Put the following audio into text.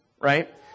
right